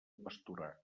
pasturar